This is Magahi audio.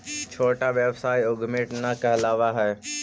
छोटा व्यवसाय उद्यमीट न कहलावऽ हई